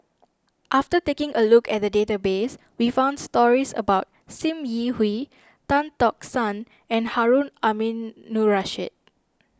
after taking a look at the database we found stories about Sim Yi Hui Tan Tock San and Harun Aminurrashid